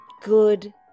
Good